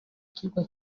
kirwa